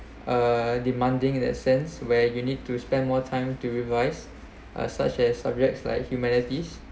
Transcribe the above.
uh demanding in that sense where you need to spend more time to revise uh such as subjects like humanities